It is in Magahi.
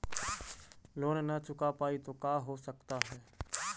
लोन न चुका पाई तो का हो सकता है?